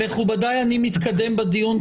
מכובדיי אני מתקדם בדיון.